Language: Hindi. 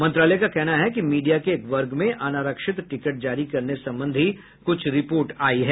मंत्रालय का कहना है कि मीडिया के एक वर्ग में अनारक्षित टिकट जारी करने संबंधी कुछ रिपोर्ट आई हैं